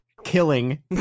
Killing